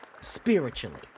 Spiritually